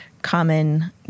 Common